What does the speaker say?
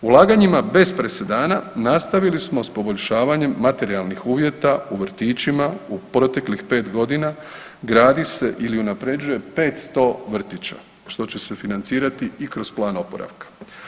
Ulaganjima bez presedana nastavili smo s poboljšavanjem materijalnih uvjeta u vrtićima, u proteklih 5.g. gradi se ili unaprjeđuje 500 vrtića, što će se financirati i kroz plan oporavka.